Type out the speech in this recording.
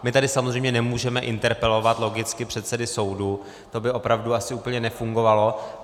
My tady samozřejmě nemůžeme interpelovat logicky předsedy soudu, to by asi opravdu úplně nefungovalo.